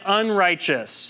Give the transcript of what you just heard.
unrighteous